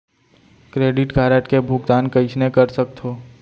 Credit card के भुगतान कइसने कर सकथो?